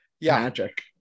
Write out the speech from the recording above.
magic